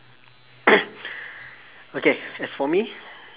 okay as for me